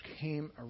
came